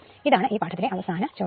ഇതാണ് ഈ പാഠത്തിലെ അവസാന ചോദ്യം